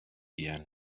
ian